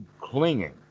clinging